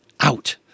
out